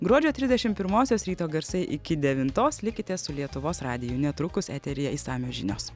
gruodžio trisdešim pimosios ryto garsai iki devintos likite su lietuvos radiju netrukus eteryje išsamios žinios